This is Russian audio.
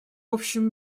общем